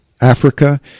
Africa